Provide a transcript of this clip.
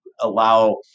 allow